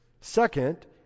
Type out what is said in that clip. Second